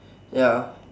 ya